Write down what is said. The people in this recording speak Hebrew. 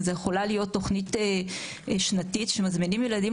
יכולה להיות תוכנית שנתית שמזמינים ילדים